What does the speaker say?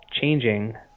changing